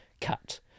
cut